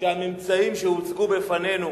שהממצאים שהוצגו בפנינו